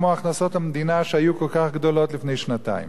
כמו הכנסות המדינה שהיו כל כך גדולות לפני שנתיים,